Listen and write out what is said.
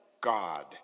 God